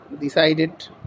decided